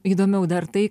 įdomiau dar tai